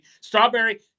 Strawberry